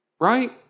right